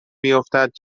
بیفتد